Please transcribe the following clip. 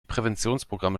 präventionsprogramme